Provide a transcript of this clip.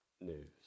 news